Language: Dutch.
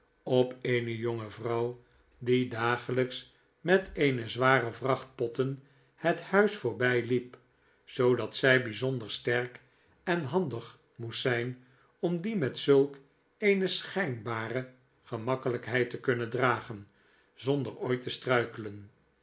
op eene jonge vrouw die dagelijks met eene zware vracht potten het huis voorbijliep zoodat zij bijzonder sterk en handig moest zijn om die met zulk eene schijnbare gemakkelijkheid te kunnen dragen zonder ooit te struikelen